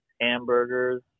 Hamburgers